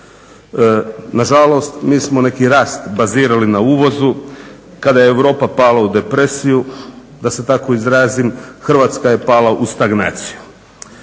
Na žalost mi smo neki rast bazirali na uvozu kada je Europa pala u depresiju da se tako izrazim Hrvatska je pala u stagnaciju.